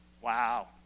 Wow